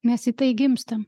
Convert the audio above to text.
mes į tai gimstam